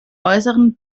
äußeren